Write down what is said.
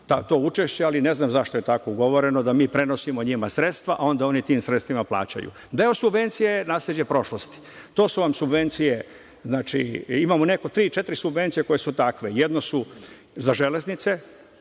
to učešće, ali ne znam zašto je tako ugovoreno da mi prenosima njima sredstva, a onda oni tim sredstvima plaćaju. Deo subvencija je nasleđe prošlosti. To su vam subvencije, imamo tri, četiri subvencije koje su takve. Jedne su za Železnice,